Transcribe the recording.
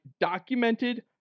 documented